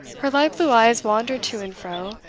her light-blue eyes wandered to and fro,